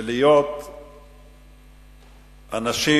להיות אנשים